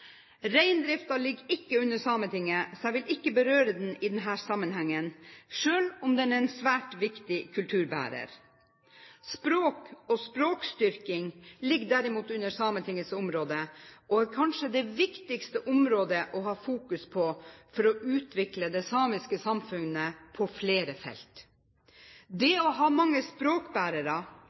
Reindriften ligger ikke under Sametinget, så jeg vil ikke berøre den i denne sammenhengen, selv om den er en svært viktig kulturbærer. Språk og språkstyrking ligger derimot under Sametingets område og er kanskje det viktigste området å ha fokus på for å utvikle det samiske samfunnet på flere felt. Det å ha mange